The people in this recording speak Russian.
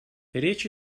речь